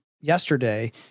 yesterday